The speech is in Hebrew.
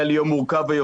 היה לי יום מורכב היום,